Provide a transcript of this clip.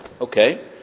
Okay